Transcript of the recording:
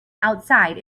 outside